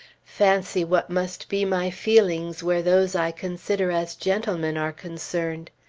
fancy what must be my feelings where those i consider as gentlemen are concerned!